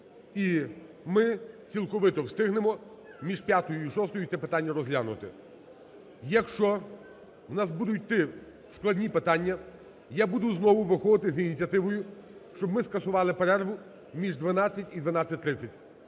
і ми цілковито встигнемо між 5-ю і 6-ю це питання розглянути. Якщо в нас будуть йти складні питання, я буду знову виходити з ініціативою, щоб ми скасували перерву між 12.00 і 12.30,